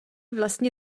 vlastně